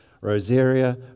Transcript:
Rosaria